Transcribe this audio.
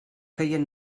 feien